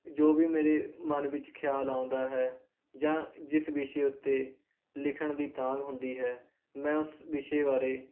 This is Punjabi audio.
ਜੋ ਵੀ ਮੇਰੇ ਮਨ ਵਿੱਚ ਖਿਆਲ ਆਉਂਦਾ ਹੈ ਜਾਂ ਜਿਸ ਵਿਸ਼ੇ ਉੱਤੇ ਲਿਖਣ ਦੀ ਤਾਂਘ ਹੁੰਦੀ ਹੈ ਮੈਂ ਉਸ ਵਿਸ਼ੇ ਬਾਰੇ